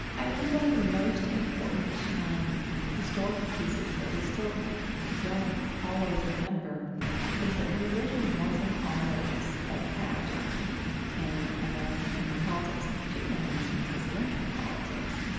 i think one of the most important um historical pieces that we still don't always remember is that religion wasn't always a factor in american politics, and particularly american presidential politics.